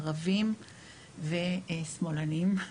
ערבים ושמאלנים.